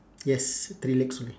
yes three legs only